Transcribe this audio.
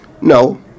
no